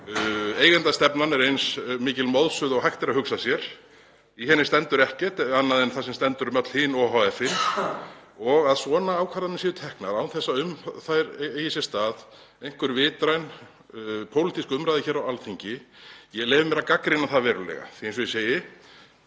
eigendastefnan er eins mikil moðsuða og hægt er að hugsa sér. Í henni stendur ekkert annað en það sem stendur um öll hin ohf.-in. Að svona ákvarðanir séu teknar án þess að um þær eigi sér stað einhver vitræn pólitísk umræða á Alþingi leyfi ég mér að gagnrýna verulega því kerfið eins